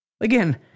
Again